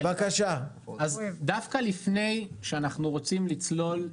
דווקא לפני שאנחנו רוצים לצלול,